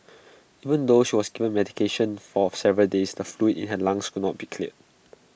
even though she was given medication for several days the fluid in her lungs could not be cleared